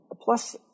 plus